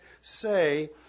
say